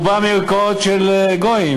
הוא בא מערכאות של גויים,